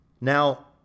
Now